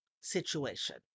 situation